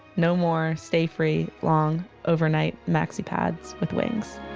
no more stayfree long overnight maxi pads with wings